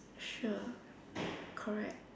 sure correct